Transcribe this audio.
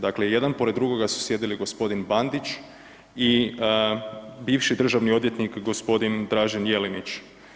Dakle jedan poreda drugoga su sjedili gospodin Bandić i bivši državni odvjetnik gospodin Dražen Jelinić.